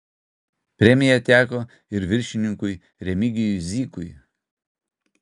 premija teko ir viršininkui remigijui zykui